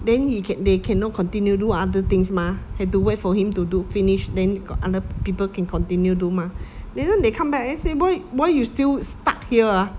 then he can they cannot continue do other things mah have to wait for him to do finish then got other people can continue do mah later they come back then say why you still stuck here ah